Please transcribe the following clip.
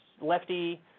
lefty